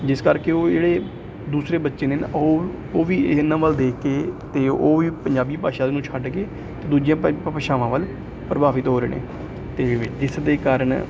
ਜਿਸ ਕਰਕੇ ਉਹ ਜਿਹੜੇ ਦੂਸਰੇ ਬੱਚੇ ਨੇ ਨਾ ਉਹ ਉਹ ਵੀ ਇਹਨਾਂ ਵੱਲ ਦੇਖ ਕੇ ਅਤੇ ਉਹ ਵੀ ਪੰਜਾਬੀ ਭਾਸ਼ਾ ਨੂੰ ਛੱਡ ਕੇ ਅਤੇ ਦੂਜੀਆਂ ਭ ਭਾਸ਼ਾਵਾਂ ਵੱਲ ਪ੍ਰਭਾਵਿਤ ਹੋ ਰਹੇ ਨੇ ਅਤੇ ਜਿਸ ਦੇ ਕਾਰਨ